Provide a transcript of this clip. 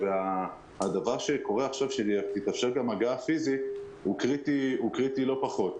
והדבר שקורה עכשיו כשתתאפשר גם הגעה פיזית הוא קריטי לא פחות.